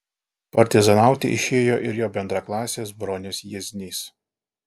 partizanauti išėjo ir jo bendraklasis bronius jieznys